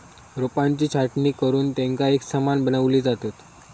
रोपांची छाटणी करुन तेंका एकसमान बनवली जातत